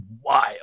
wild